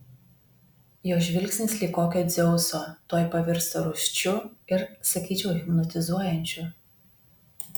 jos žvilgsnis lyg kokio dzeuso tuoj pavirsta rūsčiu ir sakyčiau hipnotizuojančiu